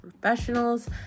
professionals